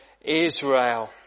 Israel